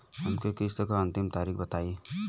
हमरे किस्त क अंतिम तारीख बताईं?